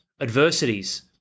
adversities